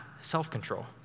self-control